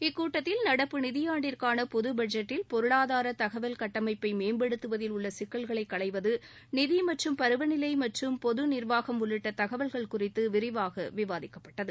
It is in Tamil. இக்கூட்டத்தில் நடப்பு நிதியாண்டிற்கான பொது பட்ஜெட்டில் பொருளாதார தகவல் கட்டஸமப்பை மேம்படுத்துவதில் உள்ள சிக்கல்களை களைவது நிதி மற்றும் பருவநிலை மற்றும் பொது நிர்வாகம் உள்ளிட்ட தகவல்கள் குறித்து விரிவாக விவாதிக்கப்பட்டது